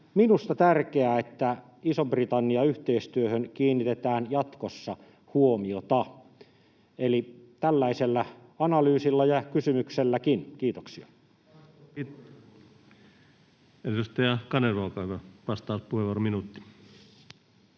minusta on tärkeää, että Iso-Britannia-yhteistyöhön kiinnitetään jatkossa huomiota. Eli tällaisella analyysilla ja kysymykselläkin. — Kiitoksia.